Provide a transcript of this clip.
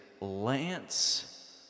Lance